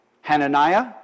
Hananiah